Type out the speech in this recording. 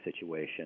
situation